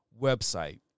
website